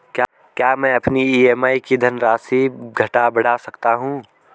क्या मैं अपनी ई.एम.आई की धनराशि घटा बढ़ा सकता हूँ?